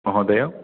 महोदय